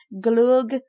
Glug